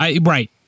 right